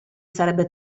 sarebbe